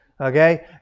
Okay